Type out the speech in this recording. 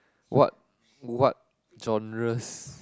what what genres